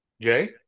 Jay